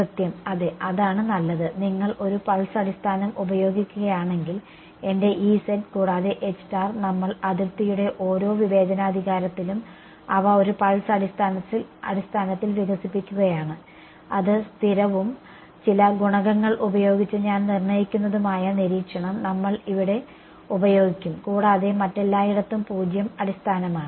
കൃത്യം അതെ അതാണ് നല്ലത് നിങ്ങൾ ഒരു പൾസ് അടിസ്ഥാനം ഉപയോഗിക്കുകയാണെങ്കിൽ എന്റെ കൂടാതെ നമ്മൾ അതിർത്തിയുടെ ഓരോ വിവേചനാധികാരത്തിലും അവ ഒരു പൾസ് അടിസ്ഥാനത്തിൽ വികസിപ്പിക്കുകയാണ് അത് സ്ഥിരവും ചില ഗുണകങ്ങൾ ഉപയോഗിച്ച് ഞാൻ നിർണ്ണയിക്കുന്നതുമായ നിരീക്ഷണം നമ്മൾ ഇവിടെ ഉപയോഗിക്കും കൂടാതെ മറ്റെല്ലായിടത്തും പൂജ്യം അടിസ്ഥാനമാണ്